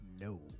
No